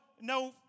no